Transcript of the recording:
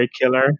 killer